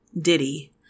Diddy